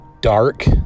dark